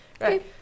Right